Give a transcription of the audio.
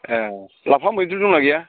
ए लाफा मैद्रु दंना गैया